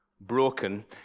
broken